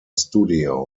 studio